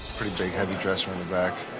pretty big, heavy dresser in the back.